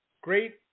Great